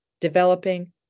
developing